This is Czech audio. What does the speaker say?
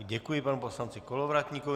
Děkuji panu poslanci Kolovratníkovi.